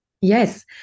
Yes